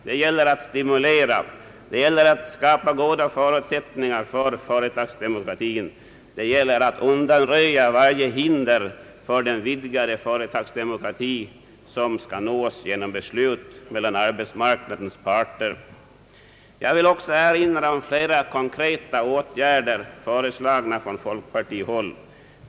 Det gäller att stimulera, att skapa goda förutsättningar för företagsdemokratin och att undanröja varje hinder för den vidgade företagsdemokrati som skall nås genom beslut mellan arbetsmarknadens parter. Jag vill också erinra om flera konkreta åtgärder, föreslagna från folkpartihåll.